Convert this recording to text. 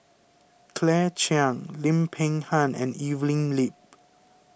Claire Chiang Lim Peng Han and Evelyn Lip